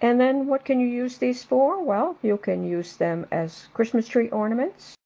and then what can you use these for? well you can use them as christmas tree ornaments